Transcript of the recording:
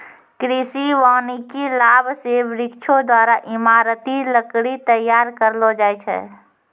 कृषि वानिकी लाभ से वृक्षो द्वारा ईमारती लकड़ी तैयार करलो जाय छै